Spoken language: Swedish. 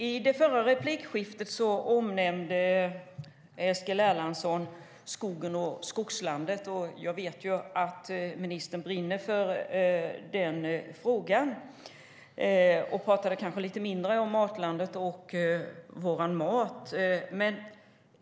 I det förra replikskiftet nämnde Eskil Erlandsson skogen och Skogsriket. Jag vet att ministern brinner för den frågan. Han talade kanske lite mindre om Matlandet och vår mat.